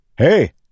Hey